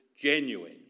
genuine